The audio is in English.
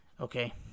Okay